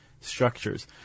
structures